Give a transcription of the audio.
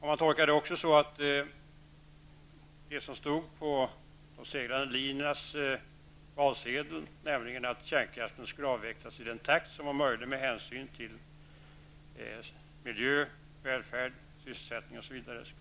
Man tolkade också det som stod på de segrade linjernas valsedlar så att att kärnkraften skulle avvecklas i den takt som var möjlig med hänsyn till miljö, välfärd, sysselsättning osv.